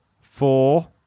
four